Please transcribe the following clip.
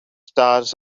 stars